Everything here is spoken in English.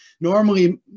normally